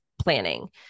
planning